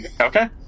Okay